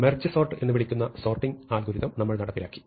merge sort എന്ന് വിളിക്കുന്ന sorting algorithm നമ്മൾ നടപ്പിലാക്കി